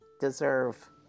deserve